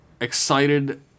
excited